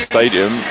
Stadium